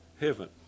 heaven